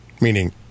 Meaning